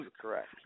Correct